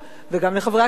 וגם לחברי הכנסת.